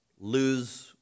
lose